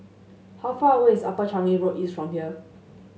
how far away is Upper Changi Road East from here